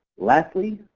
lastly,